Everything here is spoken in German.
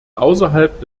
außerhalb